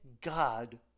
God